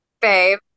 Babe